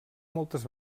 moltes